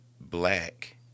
Black